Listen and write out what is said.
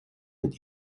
mit